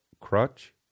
Crutch